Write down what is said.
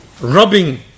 rubbing